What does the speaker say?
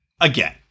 again